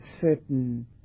certain